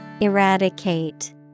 Eradicate